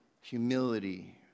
humility